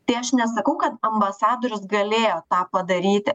tai aš nesakau kad ambasadorius galėjo tą padaryti